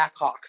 Blackhawks